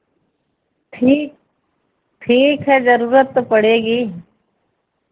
ठीक ठीक है ज़रूरत तो पड़ेगी